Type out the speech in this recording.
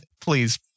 please